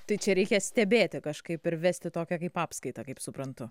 tai čia reikia stebėti kažkaip ir vesti tokią kaip apskaitą kaip suprantu